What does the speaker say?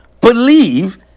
believe